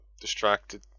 distracted